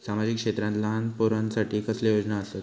सामाजिक क्षेत्रांत लहान पोरानसाठी कसले योजना आसत?